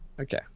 Okay